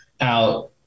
out